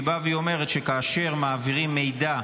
והיא באה ואומרת שכאשר מעבירים מידע,